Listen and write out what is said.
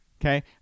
Okay